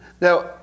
Now